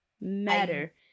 Matter